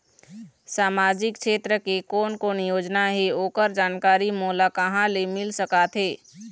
सामाजिक क्षेत्र के कोन कोन योजना हे ओकर जानकारी मोला कहा ले मिल सका थे?